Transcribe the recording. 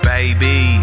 Baby